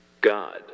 God